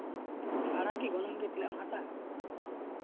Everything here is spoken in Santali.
ᱵᱷᱟᱲᱟ ᱜᱮ ᱜᱚᱱᱚᱝ ᱜᱮ ᱛᱤᱱᱟᱹᱜ ᱮᱢ ᱦᱟᱛᱟᱣᱟ